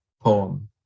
poem